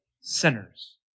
sinners